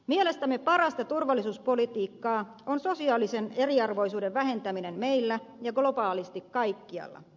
mielestämme parasta turvallisuuspolitiikkaa on sosiaalisen eriarvoisuuden vähentäminen meillä ja globaalisti kaikkialla